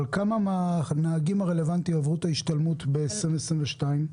אבל כמה מהנהגים הרלוונטיים עברו את ההשתלמות בשנת 2022?